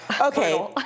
Okay